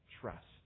trust